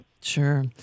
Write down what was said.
Sure